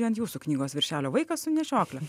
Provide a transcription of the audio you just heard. ant jūsų knygos viršelio vaikas su nešiokle